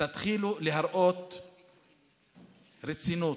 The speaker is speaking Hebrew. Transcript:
תתחילו להראות רצינות.